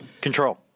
Control